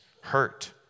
hurt